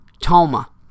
Toma